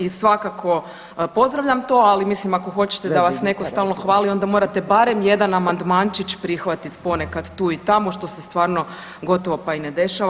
I svakako pozdravlja to, ali mislim ako hoćete da vas netko stalno hvali onda morate barem jedan amandmančić prihvatit ponekad tu i tamo što se stvarno gotovo pa i ne dešava.